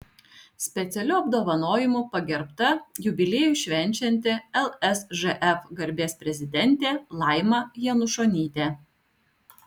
specialiu apdovanojimu pagerbta jubiliejų švenčianti lsžf garbės prezidentė laima janušonytė